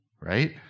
Right